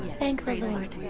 thank the lord!